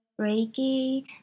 Reiki